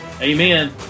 Amen